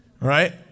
right